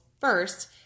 first